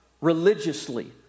religiously